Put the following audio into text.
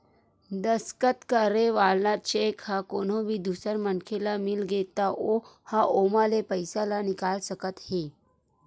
दस्कत करे वाला चेक ह कोनो भी दूसर मनखे ल मिलगे त ओ ह ओमा ले पइसा ल निकाल सकत हे